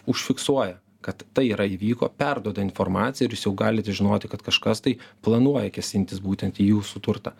užfiksuoja kad tai yra įvyko perduoda informaciją ir jūs jau galite žinoti kad kažkas tai planuoja kėsintis būtent į jūsų turtą